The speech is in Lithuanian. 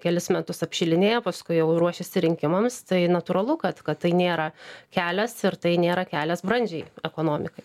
kelis metus apšylinėja paskui jau ruošiasi rinkimams tai natūralu kad kad tai nėra kelias ir tai nėra kelias brandžiai ekonomikai